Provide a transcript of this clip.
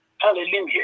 Hallelujah